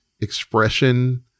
expression